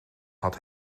had